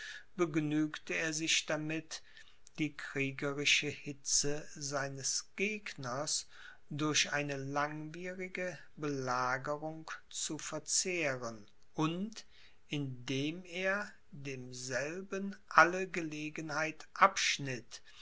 begnügte er sich damit die kriegerische hitze seines gegners durch eine langwierige belagerung zu verzehren und indem er demselben alle gelegenheit abschnitt